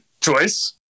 choice